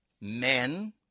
men